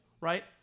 right